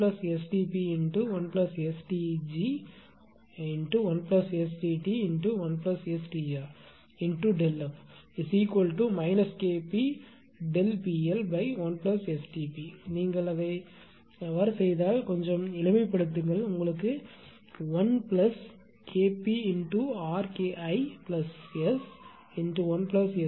PL1STp நீங்கள் அவ்வாறு செய்தால் கொஞ்சம் எளிமைப்படுத்துங்கள் 1KpRKIS1SKrTrSR1STp1STg1STt1STrΔF Kp